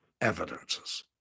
evidences